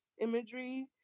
imagery